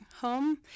Home